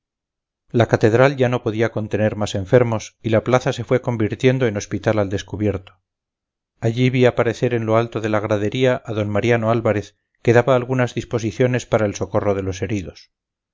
la catedral ya no podía contener más enfermos y la plaza se fue convirtiendo en hospital al descubierto allí vi aparecer en lo alto de la gradería a d mariano álvarez que daba algunas disposiciones para el socorro de los heridos